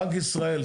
בנק ישראל,